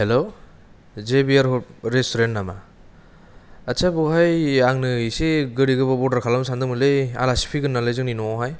हेल' J B R restaurant नामा आच्छा बेवहाय आंनो एसे गोदै गोबाब अर्डार खालामनो सानदों मोनलै आलासि फैगोन नालाय जोंनि न'आव हाय